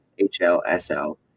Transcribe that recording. HLSL